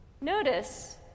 Notice